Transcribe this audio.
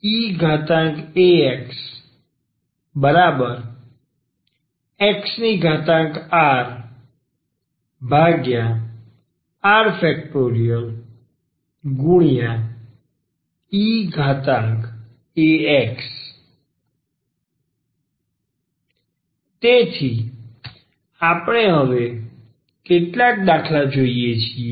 eax તેથી આપણે હવે કેટલાક દાખલા જોઈએ છીએ